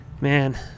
man